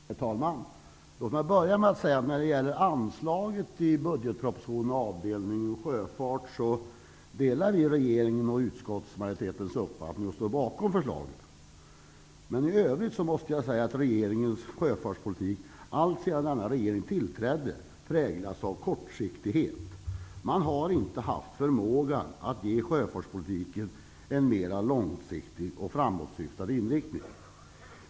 Herr talman! Låt mig börja med att säga att när det gäller anslaget i budgetpropositionen, avdelningen sjöfart, delar vi regeringens och utskottsmajoritetens uppfattning och står bakom förslaget. Men i övrigt måste jag säga att regeringens sjöfartspolitik alltsedan denna regering tillträdde präglats av kortsiktighet. Man har inte haft förmågan att ge sjöfartspolitiken en mera långsiktig och framåtsyftande inriktning.